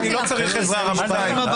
אני לא צריך עזרה, רבותיי.